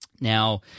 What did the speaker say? Now